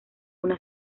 una